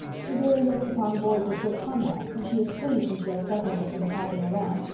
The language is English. she really looks upon boys as good comrades, and she is pleased when she has dozens of them tagging round,